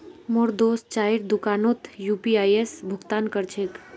मोर दोस्त चाइर दुकानोत यू.पी.आई स भुक्तान कर छेक